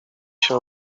się